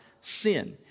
sin